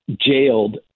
jailed